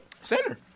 Center